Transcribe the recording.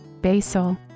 basil